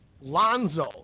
Lonzo